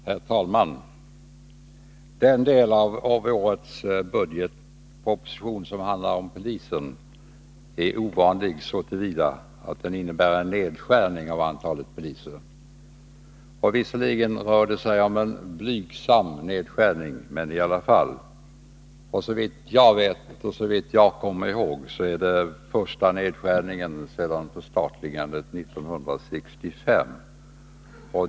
Herr talman! Den del av årets budgetproposition som handlar om polisväsendet är ovanlig så till vida att den innebär en nedskärning av antalet poliser. Visserligen rör det sig om en blygsam nedskärning, men det är i alla fall fråga om en sådan. Såvitt jag vet är det den första nedskärningen sedan förstatligandet 1965.